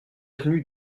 avenue